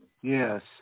yes